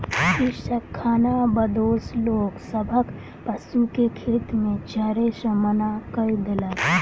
कृषक खानाबदोश लोक सभक पशु के खेत में चरै से मना कय देलक